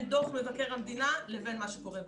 דוח מבקר המדינה לבין מה שקורה בשטח.